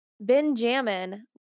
Benjamin